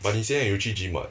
but 你现在又去 gym [what]